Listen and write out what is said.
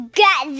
get